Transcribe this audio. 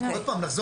מטריד